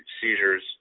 seizures